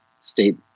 state